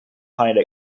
highly